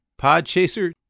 Podchaser